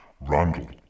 Randall